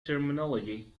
terminology